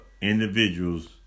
individuals